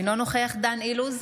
אינו נוכח דן אילוז,